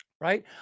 right